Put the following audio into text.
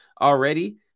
already